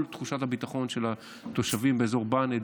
תחושת הביטחון של התושבים באזור בענה,